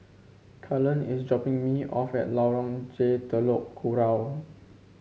Cullen is dropping me off at Lorong J Telok Kurau